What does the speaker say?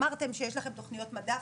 אמרתם שיש לכם תוכניות מדף.